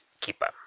keeper